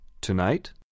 Tonight